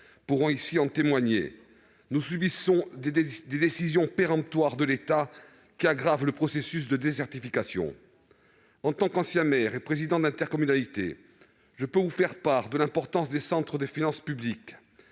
pourront en témoigner -, nous subissons des décisions péremptoires de l'État qui aggravent le processus de désertification. En tant qu'ancien maire et président d'intercommunalité, je peux vous faire part de l'importance des centres des finances publiques,